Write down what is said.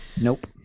Nope